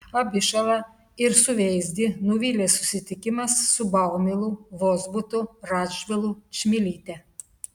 abišalą ir suveizdį nuvylė susitikimas su baumilu vozbutu radžvilu čmilyte